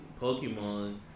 Pokemon